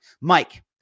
Mike